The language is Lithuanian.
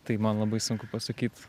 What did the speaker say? tai man labai sunku pasakyt